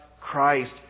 Christ